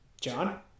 john